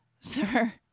sir